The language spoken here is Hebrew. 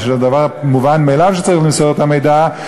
זה דבר מובן מאליו שצריך למסור את המידע,